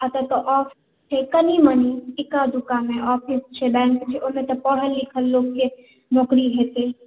एतय तऽ ऑफिस छै कनिमनि एक्का दुक्कामे ऑफिस छै बैंक छै ओहिमे तऽ पढ़ल लिखल लोकके नौकरी हेतै